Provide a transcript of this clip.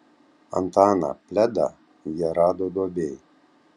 antaną pledą jie rado duobėj